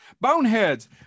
boneheads